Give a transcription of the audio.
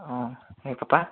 অঁ সেই পাপা